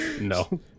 No